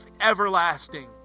everlasting